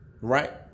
Right